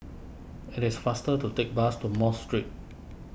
it is faster to take bus to Mosque Street